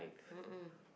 mmhmm